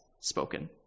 spoken